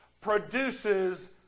produces